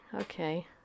Okay